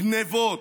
גנבות,